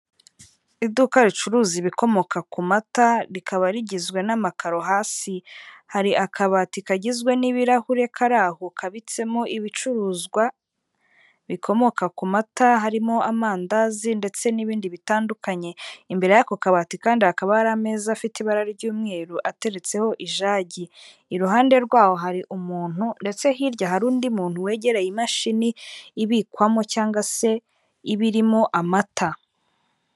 Iduka ricuruza ibikomoka ku mata rikaba rigizwe n'amakaro hasi hari akabati kagizwe n'ibirahure kari aho kabitsemo ibicuruzwa bikomoka ku mata harimo amandazi ndetse n'ibindi bitandukanye imbere y'ako kabati kandi hakaba hari ameza afite ibara ry'umweru ateretseho ijagi iruhande rwaho hari umuntu ndetse hirya hari undi muntu wegera imashini ibikwamo cyangwa se iba irimo amata.